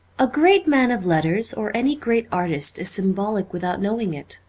a great man of letters or any great artist is symbolic without knowing it.